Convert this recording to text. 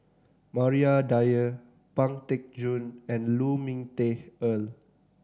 Maria Dyer Pang Teck Joon and Lu Ming Teh Earl